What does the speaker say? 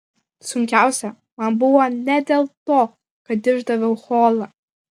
sunkiausia man buvo ne dėl to kad išdaviau holą